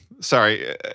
Sorry